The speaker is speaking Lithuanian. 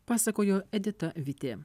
pasakojo edita vitė